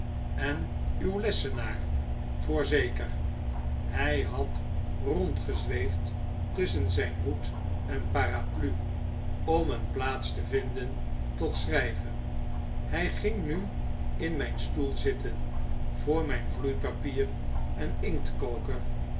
en uw lessenaar voorzeker hg had rondgezweefd tusschen zgn hoed en parapluie om een plaats te vinden tot schrgven hg ging nu in mgn stoel zitten voor mgn vloeipapier en inktkoker